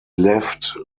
left